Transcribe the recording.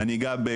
נוותר על המצגת,